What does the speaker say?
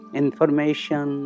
information